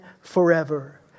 forever